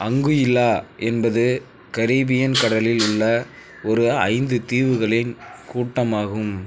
Anguilla என்பது Caribbean கடலில் உள்ள ஒரு ஐந்து தீவுகளின் கூட்டமாகும்